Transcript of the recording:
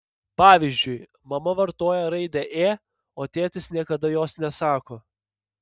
pavyzdžiui mama vartoja raidę ė o tėtis niekada jos nesako